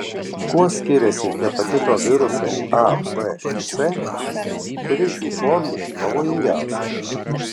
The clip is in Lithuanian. kuo skiriasi hepatito virusai a b ir c kuri šių formų pavojingiausia